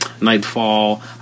Nightfall